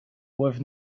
with